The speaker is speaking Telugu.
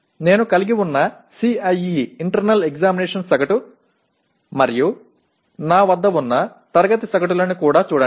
నేను కలిగి ఉన్న CIE సగటు మరియు నా వద్ద ఉన్న తరగతి సగటులను కూడా చూడండి